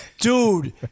Dude